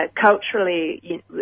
Culturally